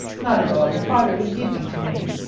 not at all. your father would give you to me.